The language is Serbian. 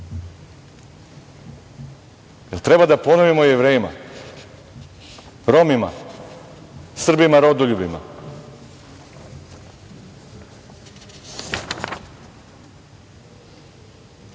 treba da ponovim o Jevrejima, Romima, Srbima rodoljubima? To